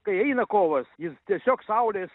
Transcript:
kai eina kovas jis tiesiog saulės